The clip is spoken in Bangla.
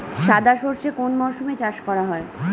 সাদা সর্ষে কোন মরশুমে চাষ করা হয়?